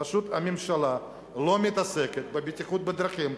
פשוט, הממשלה לא מתעסקת בבטיחות בדרכים.